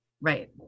right